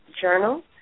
journal